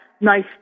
nice